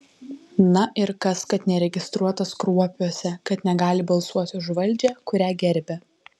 na ir kas kad neregistruotas kruopiuose kad negali balsuoti už valdžią kurią gerbia